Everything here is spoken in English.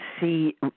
see